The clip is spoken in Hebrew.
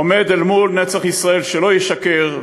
עומד אל מול נצח ישראל שלא ישקר,